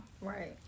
Right